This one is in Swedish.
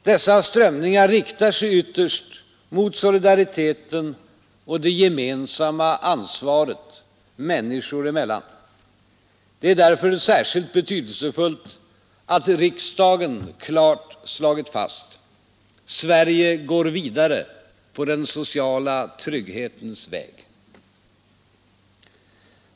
Dessa strömningar riktar sig ytterst mot solidariteten och det gemensamma ansvaret människor emellan. Det är därför särskilt betydelsefullt att riksdagen klart slagit fast: Sverige går vidare på den sociala trygghetens väg.